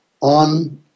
on